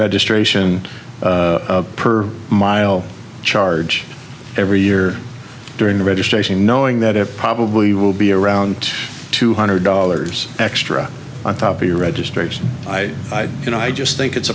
registration per mile charge every year during the registration knowing that it probably will be around two hundred dollars extra on top of your registration i you know i just think it's